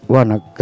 Wanak